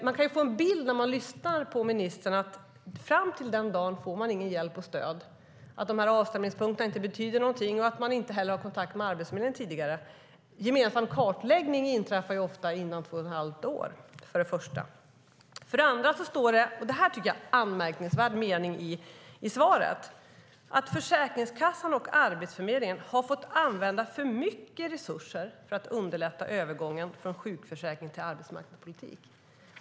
När man lyssnar på ministern får man bilden att fram till den dagen får man inte hjälp eller stöd. Avstämningspunkterna betyder inte någonting, och man har inte heller kontakt med Arbetsförmedlingen. Gemensam kartläggning inträffar ofta inom två och ett halvt år. Det fanns en anmärkningsvärd mening i statsrådets svar, nämligen att Försäkringskassan och Arbetsförmedlingen har fått använda för mycket resurser för att underlätta övergången från sjukförsäkring till arbetsmarknadspolitik.